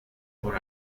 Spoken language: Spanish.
por